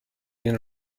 این